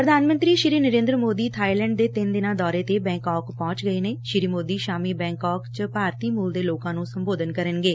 ਪ੍ਧਾਨ ਮੰਤਰੀ ਨਰੇਂਦਰ ਮੋਦੀ ਬਾਈਲੈਂਡ ਦੇ ਤਿੰਨ ਦਿਨਾਂ ਦੌਰੇ ਤੇ ਬੈਕਾਕ ਪਹੁੰਚ ਗਏ ਨੇ ਸ੍ਰੀ ਮੋਦੀ ਸ਼ਾਮੀ ਬੈਕਾਕ ਚ ਭਾਰਤੀ ਮੁਲ ਦੇ ਲੋਕਾਂ ਨੂੰ ਸੰਬੋਧਨ ਕਰਨਗੇ